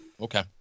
Okay